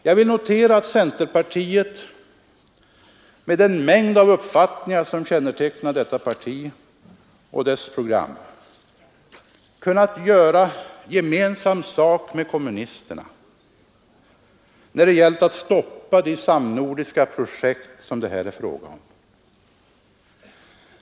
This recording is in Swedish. Jag vill notera att centerpartiet — med den mängd av uppfattningar som kännetecknar detta parti och dess program — kunnat göra gemensam sak med kommunisterna, när det gällt att stoppa de samnordiska projekt det här är fråga om.